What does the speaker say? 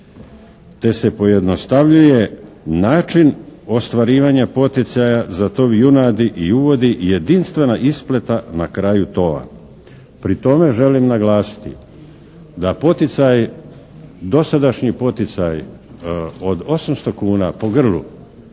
te se pojednostavljuje način ostvarivanja poticaja za tov junadi i uvodi jedinstvena isplata na kraju tova. Pri tome želim naglasiti da dosadašnji poticaj od 800 kuna po grlu